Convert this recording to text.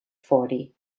forty